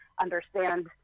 understand